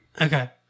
Okay